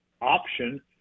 option